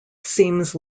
seems